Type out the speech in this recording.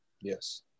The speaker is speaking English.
Yes